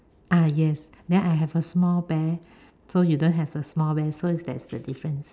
ah yes then I have a small bear so you don't has a small bear so it that's the difference